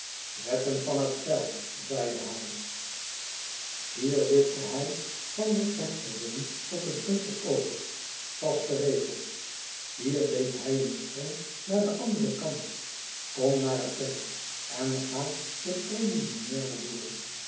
wetten van het spell zeide hij hierwipte hij van het rechterbeen op het linker over vaste regels hier deed hij een sprong naar den anderen kant kom naar het perk en ga de preliminairen door